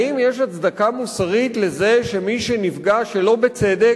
האם יש הצדקה מוסרית לזה שמי שנפגע שלא בצדק,